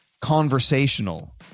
conversational